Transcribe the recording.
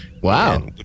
Wow